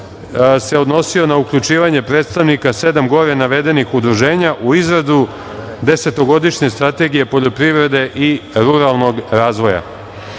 se odnosio na uključivanje predstavnika sedam gore navedenih udruženja u izradu desetogodišnje strategije poljoprivrede i ruralnog razvoja. Kao